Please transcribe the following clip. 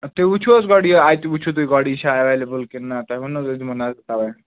تُہۍ وُچھِو حظ گۄڈٕ یہِ اَتہِ وُچھِو تُہۍ گۄڈٕ یہِ چھا ایٚولیبٕل کِنہٕ نہ تۄہہِ ؤنوٕ نہٕ حظ أسۍ دِمو نظر تَوے